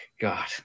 God